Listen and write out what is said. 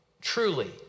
truly